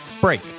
break